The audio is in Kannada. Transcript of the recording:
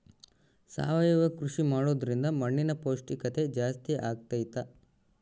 ಸಾವಯವ ಕೃಷಿ ಮಾಡೋದ್ರಿಂದ ಮಣ್ಣಿನ ಪೌಷ್ಠಿಕತೆ ಜಾಸ್ತಿ ಆಗ್ತೈತಾ?